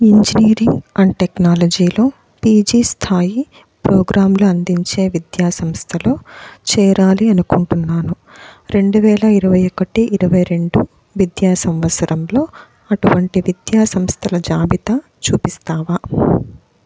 engineering and టెక్నాలజీలో PG స్థాయి ప్రోగ్రాంలు అందించే విద్యా సంస్థలో చేరాలి అనుకుంటున్నాను రెండు వేల ఇరవై ఒకటి రెండు వేల ఇరవై రెండు విద్యా సంవత్సరంలో అటువంటి విద్యా సంస్థల జాబితా చూపిస్తావా